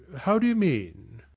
how do you mean?